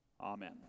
Amen